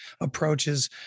approaches